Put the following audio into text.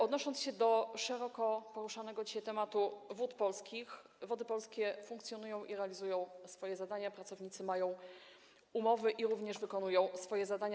Odnosząc się do szeroko poruszanego dzisiaj tematu Wód Polskich, Wody Polskie funkcjonują i realizują swoje zadania, pracownicy mają umowy i również wykonują swoje zadania.